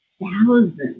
thousands